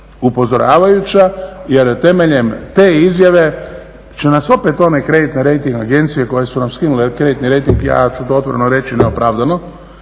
Upozoravajuća jer je temeljem te izjave će nas opet onaj kreditni rejting agencije koje su nam skinule kreditni rejting ja ću to otvoreno reći neopravdano.